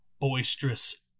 boisterous